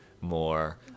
more